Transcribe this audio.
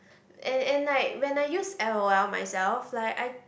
and and like when I use L_O_L myself like I